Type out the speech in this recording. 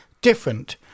different